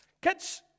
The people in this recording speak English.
catch